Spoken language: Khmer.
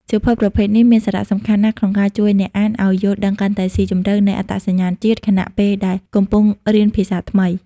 សៀវភៅប្រភេទនេះមានសារៈសំខាន់ណាស់ក្នុងការជួយអ្នកអានឲ្យយល់ដឹងកាន់តែស៊ីជម្រៅពីអត្តសញ្ញាណជាតិ ខណៈពេលដែលកំពុងរៀនភាសាថ្មី។